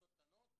בקבוצות קטנות.